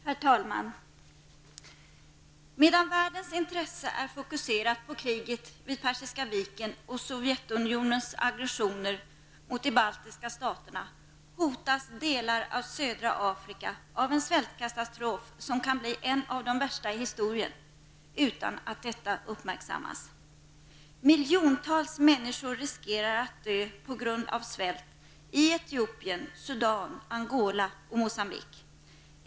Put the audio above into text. Herr talman! Medan världens intresse är fokuserat på kriget vid Persiska viken och Sovjetunionens aggressioner mot de baltiska staterna, hotas delar av södra Afrika av en svältkatastrof -- som kan bli en av de värsta i historien -- utan att detta uppmärksammas. Miljontals människor riskerar att dö på grund av svält i Etiopien, Sudan, Angola och Moçambique.